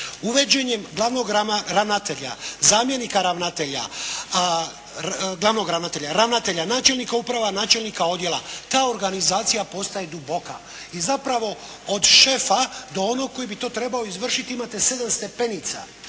ravnatelja, glavnog ravnatelja, ravnatelja, načelnika uprava, načelnika odjela ta organizacija postaje duboka. I zapravo od šefa do onog koji bi to trebao izvršiti imate sedam stepenica